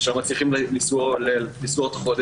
שלא מצליחים לסגור את החודש,